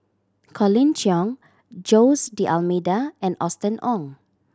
Colin Cheong Jose D'Almeida and Austen Ong